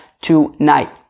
tonight